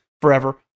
forever